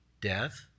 death